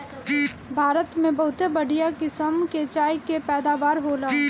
भारत में बहुते बढ़िया किसम के चाय के पैदावार होला